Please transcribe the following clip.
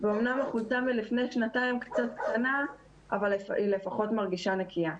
ואומנם החולצה מלפני שנתיים קצת קטנה אבל היא לפחות מרגישה נקייה.